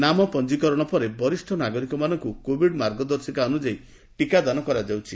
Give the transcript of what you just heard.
ନାମ ପଞ୍ଞୀକରଶ ପରେ ବରିଷ୍ ନାଗରିକମାନଙ୍କ କୋଭିଡ୍ ମାର୍ଗଦର୍ଶିକା ଅନ୍ତଯାୟୀ ଟିକାଦାନ କରାଯାଉଛି